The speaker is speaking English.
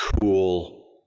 cool